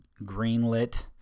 greenlit